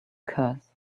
curse